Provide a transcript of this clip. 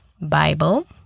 Bible